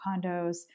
condos